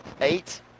eight